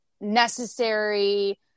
necessary